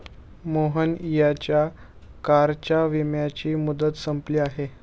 मोहन यांच्या कारच्या विम्याची मुदत संपली आहे